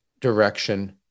direction